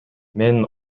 мен